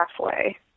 halfway